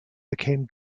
became